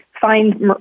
find